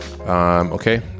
Okay